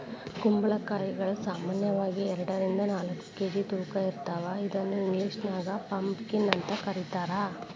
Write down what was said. ಕುಂಬಳಕಾಯಿಗಳು ಸಾಮಾನ್ಯವಾಗಿ ಎರಡರಿಂದ ನಾಲ್ಕ್ ಕೆ.ಜಿ ತೂಕ ಇರ್ತಾವ ಇದನ್ನ ಇಂಗ್ಲೇಷನ್ಯಾಗ ಪಂಪಕೇನ್ ಅಂತ ಕರೇತಾರ